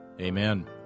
Amen